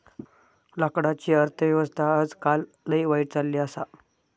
लाकडाची अर्थ व्यवस्था आजकाल लय वाईट चलली आसा